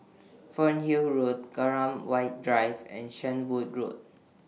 Fernhill Road Graham White Drive and Shenvood Road